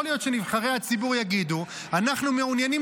יכול להיות שנבחרי הציבור יגידו: אנחנו מעוניינים